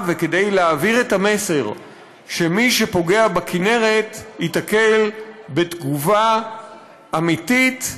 ולהעביר את המסר שמי שפוגע בכינרת ייתקל בתגובה אמיתית,